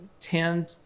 tend